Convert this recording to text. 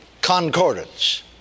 Concordance